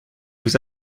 vous